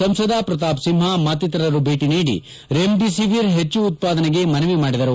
ಸಂಸದ ಪ್ರತಾಪ್ ಸಿಂಪ ಮತ್ತಿತರರು ಭೇಟಿ ನೀಡಿ ರೆಮಿಡಿಸಿವಿರ್ ಪೆಚ್ಚು ಉತ್ಪಾದನೆಗೆ ಮನವಿ ಮಾಡಿದರು